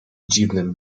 dziwnym